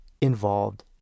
involved